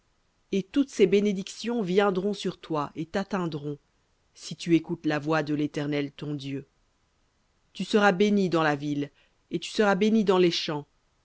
et toutes ces bénédictions viendront sur toi et t'atteindront si tu écoutes la voix de l'éternel ton dieu tu seras béni dans la ville et tu seras béni dans les champs